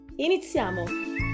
Iniziamo